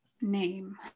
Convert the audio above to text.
name